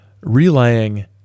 relaying